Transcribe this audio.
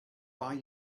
buy